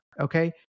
Okay